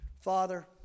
Father